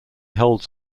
holds